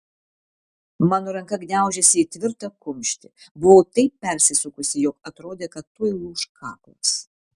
mano ranka gniaužėsi į tvirtą kumštį buvau taip persisukusi jog atrodė kad tuoj lūš kaklas